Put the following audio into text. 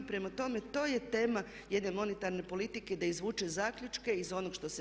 Prema tome, to je tema jedne monetarne politike da izvuče zaključke iz onog što se desilo.